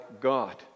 God